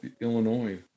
Illinois